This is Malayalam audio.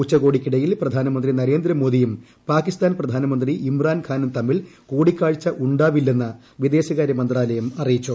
ഉച്ചകോടിയ്ക്കിടയിൽ ഫ്ട്യാന്ന്മന്ത്രി നരേന്ദ്രമോദിയും പാകിസ്ഥാൻ പ്രധാനമന്ത്രി ഇമ്രാൻച്ചാട്നു്ം തമ്മിൽ കൂടിക്കാഴ്ച ഉണ്ടാവില്ലെന്ന് വിദേശകാര്യ മന്ത്രൂലിൽ അറിയിച്ചു